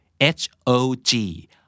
H-O-G